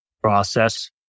process